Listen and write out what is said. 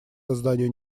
созданию